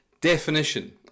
definition